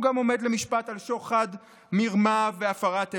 והוא גם עומד למשפט על שוחד, מרמה והפרת אמונים.